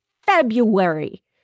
February